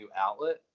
outlet